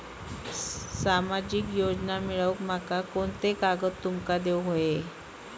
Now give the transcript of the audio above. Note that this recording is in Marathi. सामाजिक योजना मिलवूक माका कोनते कागद तुमका देऊक व्हये?